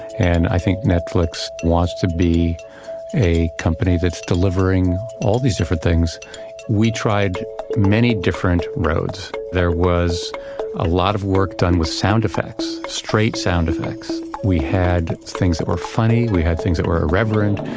and i think netflix wants to be a company that's delivering all these different things we tried many different roads. roads. there was a lot of work done with sound effects, straight sound effects. we had things that were funny, we had things that were irreverent.